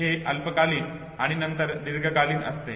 हे अल्पकालावधीसाठी आणि नंतर दीर्घकालीन असते